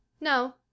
No